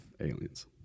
aliens